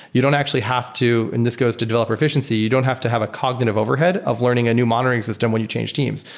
you don't actually have to and this goes to developer efficiency. you don't have to have a cognitive overhead of learning a new monitoring system when you change teams.